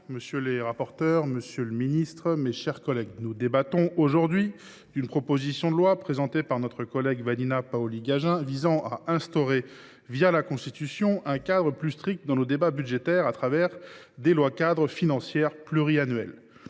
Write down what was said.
Monsieur le président, monsieur le garde des sceaux, mes chers collègues, nous débattons aujourd’hui d’une proposition de loi présentée par notre collègue Vanina Paoli Gagin visant à inscrire dans la Constitution un cadre plus strict pour nos débats budgétaires au travers de lois cadres financières pluriannuelles.